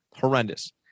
Horrendous